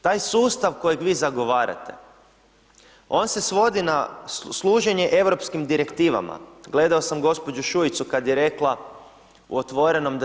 Taj sustav kojeg vi zagovarate on se svodi na služenje europskim direktivama, gledao sam gospođu Šuicu kad je rekla u Otvorenom da 2/